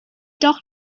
doch